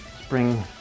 spring